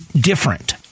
different